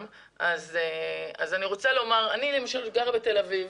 אני רוצה לומר שאני למשל גרה בתל אביב,